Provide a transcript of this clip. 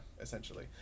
essentially